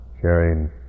sharing